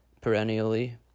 perennially